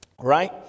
right